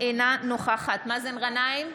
אינה נוכחת מאזן גנאים,